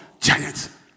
Giants